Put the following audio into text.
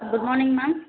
good morning ma'am